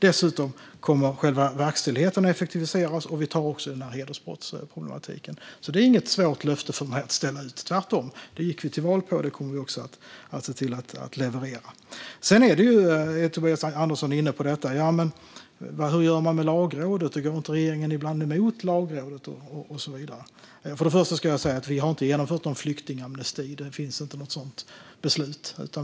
Dessutom kommer själva verkställigheten att effektiviseras. Vi tar också in hedersbrottsproblematiken. Det är alltså inte något svårt löfte för mig att ställa ut, tvärtom. Det gick vi till val på, och det kommer vi också att se till att leverera. Tobias Andersson frågar: Hur gör man med Lagrådet? Går regeringen inte ibland emot Lagrådet? Först och främst ska jag säga att vi inte har genomfört någon flyktingamnesti. Det finns inte något sådant beslut.